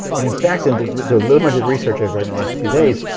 and in fact, in the the limited research i've read in the last few days,